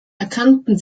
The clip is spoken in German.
erkannten